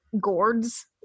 gourds